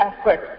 effort